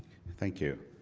thank you,